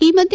ಈ ಮಧ್ಯೆ